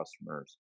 customers